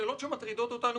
לשאלות שמטרידות אותנו